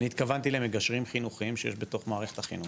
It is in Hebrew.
אני התכוונתי למגשרים חינוכיים שיש בתוך מערכת החינוך.